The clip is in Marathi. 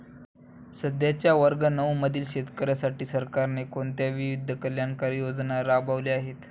सध्याच्या वर्ग नऊ मधील शेतकऱ्यांसाठी सरकारने कोणत्या विविध कल्याणकारी योजना राबवल्या आहेत?